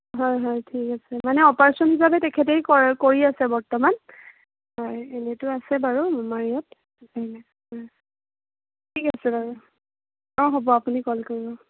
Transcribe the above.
হয় হয় ঠিক আছে মানে অপাৰেশ্যন হিচাপে তেখেতেই কৰে কৰি আছে বৰ্তমান হয় এনেইটো আছে বাৰু আমাৰ ইয়াত ঠিক আছে বাৰু অঁ হ'ব আপুনি কল কৰিব